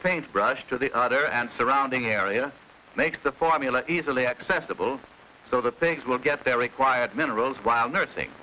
brushed to the outer and surrounding area makes the formula easily accessible so that things will get their required minerals while nursing